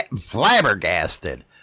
flabbergasted